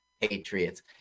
Patriots